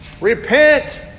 Repent